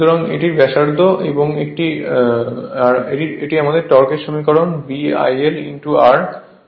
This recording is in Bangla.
সুতরাং এটি এর ব্যাসার্ধ এবং এটি আমাদের টর্ক সমীকরণ BIL r নিউটন মিটার